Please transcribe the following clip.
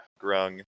Grung